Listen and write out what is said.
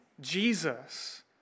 Jesus